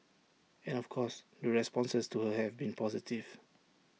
and of course the responses to her have been positive